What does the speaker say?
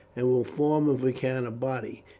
and will form if we can a body,